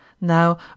Now